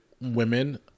women